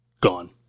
gone